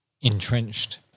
entrenched